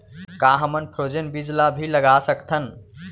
का हमन फ्रोजेन बीज ला भी लगा सकथन?